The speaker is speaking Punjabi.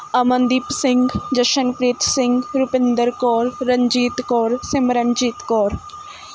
ਅਮਨਦੀਪ ਸਿੰਘ ਜਸ਼ਨਪ੍ਰੀਤ ਸਿੰਘ ਰੁਪਿੰਦਰ ਕੌਰ ਰਣਜੀਤ ਕੌਰ ਸਿਮਰਨਜੀਤ ਕੌਰ